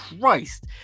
Christ